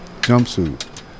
jumpsuit